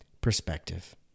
perspective